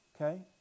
Okay